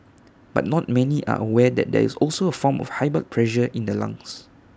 but not many are aware that there is also A form of high blood pressure in the lungs